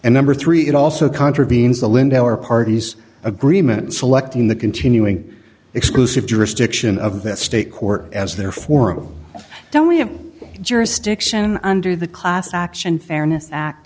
and number three it also contravenes the lindauer parties agreement selecting the continuing exclusive jurisdiction of that state court as their forum don't we have jurisdiction under the class action fairness act